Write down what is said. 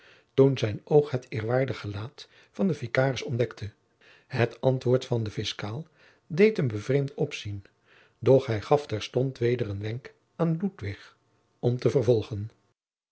toen zijn oog het eerwaardig gelaat van den vikaris ontdekte het antwoord van den fiscaal deed hem bevreemd opzien doch hij gaf terstond weder een wenk aan ludwig om te vervolgen